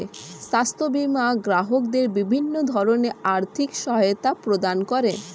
স্বাস্থ্য বীমা গ্রাহকদের বিভিন্ন ধরনের আর্থিক সহায়তা প্রদান করে